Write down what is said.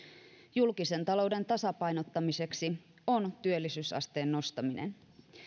julkisen talouden tasapainottamiseksi on työllisyysasteen nostaminen